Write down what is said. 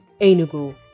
Enugu